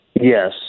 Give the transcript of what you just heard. Yes